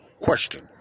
Question